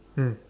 mm